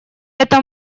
этом